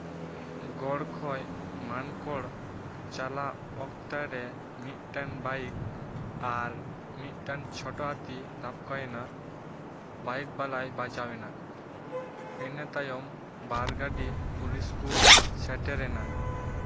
ᱜᱚᱲ ᱠᱷᱚᱡ ᱢᱟᱱᱠᱚᱨ ᱪᱟᱞᱟᱜ ᱚᱠᱛᱮᱨᱮ ᱢᱤᱫᱴᱮᱱ ᱵᱟᱭᱤᱠ ᱟᱨ ᱢᱤᱫᱴᱮᱱ ᱪᱷᱳᱴᱳ ᱦᱟᱹᱛᱤ ᱫᱷᱟᱠᱠᱟᱭᱮᱱᱟ ᱵᱟᱭᱤᱠ ᱵᱟᱞᱟᱭ ᱵᱟᱡᱟᱣ ᱮᱱᱟ ᱤᱱᱟᱹ ᱛᱟᱭᱚᱢ ᱵᱟᱨ ᱜᱟᱹᱰᱤ ᱯᱩᱞᱤᱥ ᱠᱚ ᱥᱮᱴᱮᱨᱮᱱᱟ